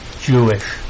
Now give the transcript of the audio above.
Jewish